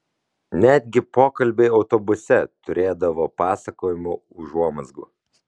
netgi pokalbiai autobuse turėdavo pasakojimo užuomazgų